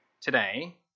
today